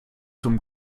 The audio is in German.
zum